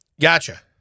Gotcha